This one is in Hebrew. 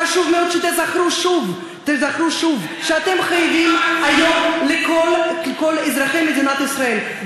חשוב מאוד שתיזכרו שוב שאתם חייבים היום לכל אזרחי מדינת ישראל,